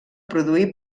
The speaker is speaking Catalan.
produir